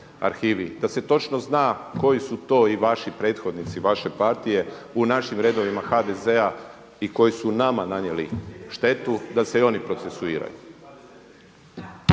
da se točno zna koji su to i vaši prethodnici vaše partije u našim redovima HDZ-a i koji su nama nanijeli štetu da se i oni procesuiraju.